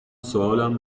سوالم